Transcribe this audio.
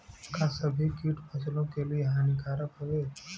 का सभी कीट फसलों के लिए हानिकारक हवें?